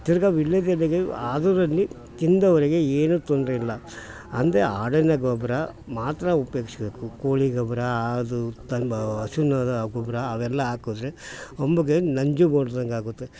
ತಿರ್ಗಿ ವಿಳ್ಯೆದೆಲೆಗೆ ಅದರಲ್ಲಿ ತಿಂದವರಿಗೆ ಏನೂ ತೊಂದರೆ ಇಲ್ಲ ಅಂದರೆ ಆಡಿನಗೊಬ್ರ ಮಾತ್ರ ಉಪಯೋಗಿಸ್ಬೇಕು ಕೋಳಿ ಗೊಬ್ಬರ ಅದು ಗೊಬ್ಬರ ಅವೆಲ್ಲಾ ಹಾಕಿದ್ರೆ ಅಂಬಿಗೆ ನಂಜು ಬಡ್ದಂಗೆ ಆಗುತ್ತೆ